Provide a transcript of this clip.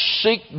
seek